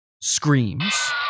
screams